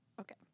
Okay